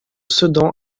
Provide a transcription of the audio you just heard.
sedan